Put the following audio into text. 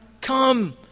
Come